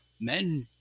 men